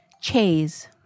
Chase